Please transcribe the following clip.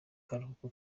karuhuko